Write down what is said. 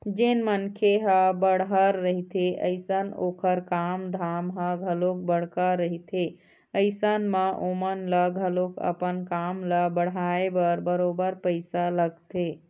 जेन मनखे ह बड़हर रहिथे अइसन ओखर काम धाम ह घलोक बड़का रहिथे अइसन म ओमन ल घलोक अपन काम ल बढ़ाय बर बरोबर पइसा लगथे